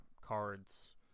cards